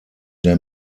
der